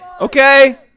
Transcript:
Okay